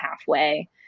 halfway